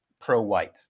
pro-white